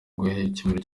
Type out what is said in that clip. gukemura